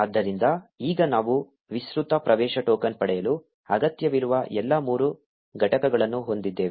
ಆದ್ದರಿಂದ ಈಗ ನಾವು ವಿಸ್ತೃತ ಪ್ರವೇಶ ಟೋಕನ್ ಪಡೆಯಲು ಅಗತ್ಯವಿರುವ ಎಲ್ಲಾ ಮೂರು ಘಟಕಗಳನ್ನು ಹೊಂದಿದ್ದೇವೆ